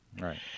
right